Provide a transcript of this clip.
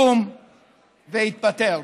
קום והתפטר.